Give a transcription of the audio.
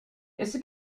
este